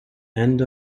end